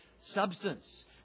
substance